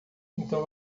então